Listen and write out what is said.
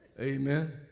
Amen